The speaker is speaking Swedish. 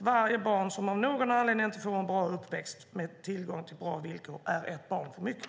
Varje barn som av någon anledning inte får en bra uppväxt med bra villkor är ett barn för mycket.